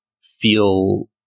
feel